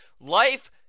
life